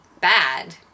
bad